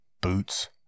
Boots